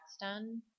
done